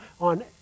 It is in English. on